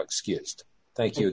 excused thank you